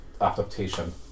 adaptation